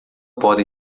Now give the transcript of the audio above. podem